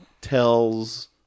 tells